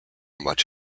much